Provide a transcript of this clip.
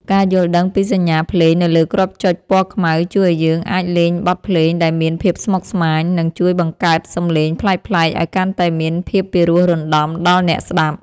ការយល់ដឹងពីសញ្ញាភ្លេងនៅលើគ្រាប់ចុចពណ៌ខ្មៅជួយឱ្យយើងអាចលេងបទភ្លេងដែលមានភាពស្មុគស្មាញ និង ជួយបង្កើតសម្លេងប្លែកៗឱ្យកាន់តែមានភាពពិរោះរណ្ដំដល់អ្នកស្ដាប់។